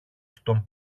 στον